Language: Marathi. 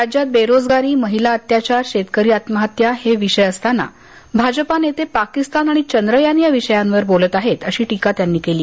राज्यात बेरोजगारी महिला अत्याचार शेतकरी आत्महत्या हे विषय असताना भाजपा नेते पाकिस्तान चंद्रयान या विषयांवर बोलत आहेत अशी टीका त्यांनी केली